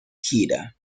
gira